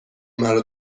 مرا